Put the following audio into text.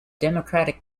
democratic